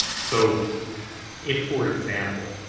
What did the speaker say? so if, for example,